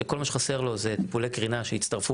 שכל מה שחסר לו זה טיפולי קרינה שיצטרפו